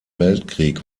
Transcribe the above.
weltkrieg